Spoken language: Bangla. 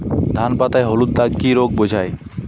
ধান পাতায় হলুদ দাগ কি রোগ বোঝায়?